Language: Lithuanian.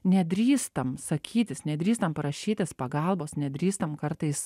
nedrįstam sakytis nedrįstam prašytis pagalbos nedrįstam kartais